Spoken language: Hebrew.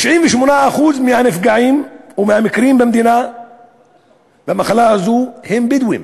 98% מהנפגעים ומהמקרים במדינה במחלה הזאת הם בדואים,